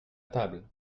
table